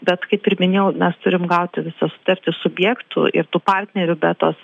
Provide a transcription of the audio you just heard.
bet kaip ir minėjau mes turim gauti visas sutartis subjektų ir tų partnerių betos